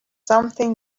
something